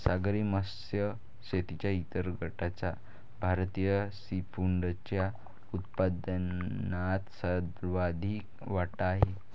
सागरी मत्स्य शेतीच्या इतर गटाचा भारतीय सीफूडच्या उत्पन्नात सर्वाधिक वाटा आहे